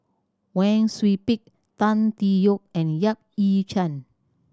Wang Sui Pick Tan Tee Yoke and Yap Ee Chian